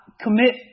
commit